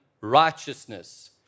righteousness